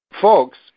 Folks